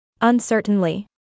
Uncertainly